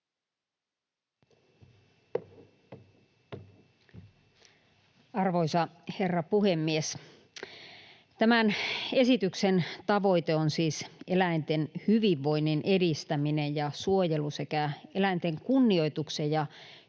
Arvoisa herra puhemies! Tämän esityksen tavoite on siis eläinten hyvinvoinnin edistäminen ja suojelu sekä eläinten kunnioituksen ja